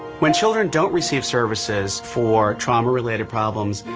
when children don't receive services for trauma-related problems,